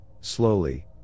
slowly